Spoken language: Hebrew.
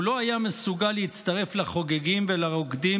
הוא לא היה מסוגל להצטרף לחוגגים ולרוקדים